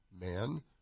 man